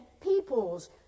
peoples